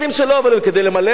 אבל כדי למלא את התיק.